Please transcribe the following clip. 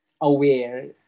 aware